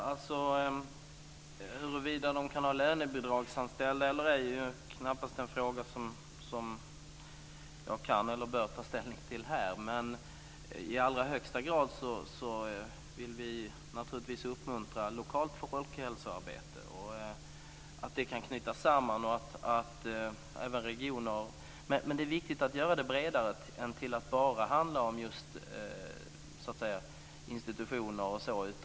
Fru talman! Huruvida organisationerna kan ha lönebidragsanställda eller ej är knappast en fråga som jag kan eller bör ta ställning till här. Men vi vill naturligtvis i allra högsta grad uppmuntra lokalt och även regionalt folkhälsoarbete och att det kan knytas samman. Men det är viktigt att göra det bredare än att bara handla om just institutioner och sådant.